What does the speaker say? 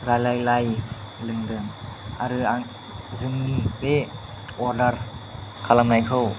रायलायलाइ लोदों आरो आं जोंनि बे अर्डार खालामनायखौ